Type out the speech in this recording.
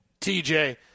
TJ